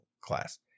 class